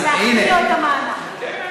ולהכפיל לו את המענק.